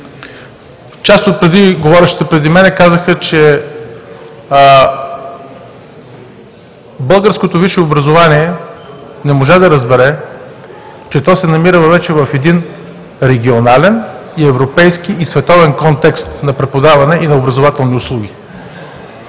преди мен казаха, че българското висше образование не можа да разбере, че се намира вече в един регионален, европейски и световен контекст на преподаване и на образователни услуги.